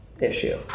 issue